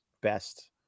best